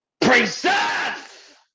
preserve